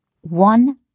one